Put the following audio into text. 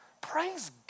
Praise